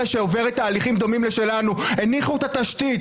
שעוברת תהליכים דומים לשלנו הניחו את התשתית